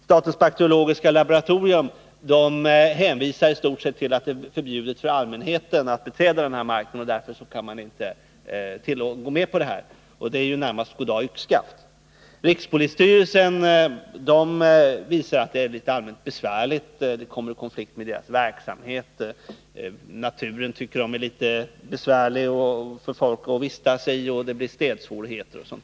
Statens bakteriologiska laboratorium hänvisar i stort sett till att det är förbjudet för allmänheten att beträda denna mark och att man därför inte kan gå med på en upplåtelse av området till allmänheten. Det är närmast som ”god dag — yxskaft”. Rikspolisstyrelsen redovisar att det skulle vara allmänt besvärligt, att det skulle komma i konflikt med deras verksamhet, att naturen är litet svår att vistas i för folk samt att det skulle bli städsvårigheter.